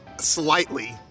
Slightly